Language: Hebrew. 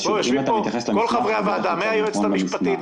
יושבים פה כל חברי הוועדה, מהיועצת המשפטית,